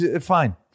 fine